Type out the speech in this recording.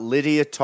Lydia